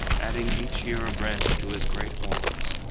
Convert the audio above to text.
adding each year a branch to his great horns,